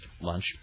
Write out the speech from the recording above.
lunch